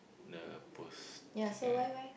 the post